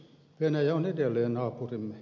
venäjä on edelleen naapurimme